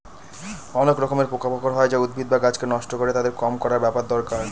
অনেক রকমের পোকা মাকড় হয় যা উদ্ভিদ বা গাছকে নষ্ট করে, তাকে কম করার ব্যাপার দরকার